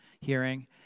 hearing